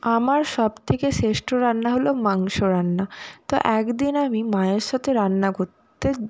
আমার সব থেকে শ্রেষ্ঠ রান্না হলো মাংস রান্না তো এক দিন আমি মায়ের সাথে রান্না করতে